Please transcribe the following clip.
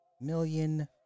million